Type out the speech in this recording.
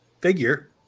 figure